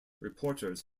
reporters